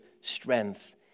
strength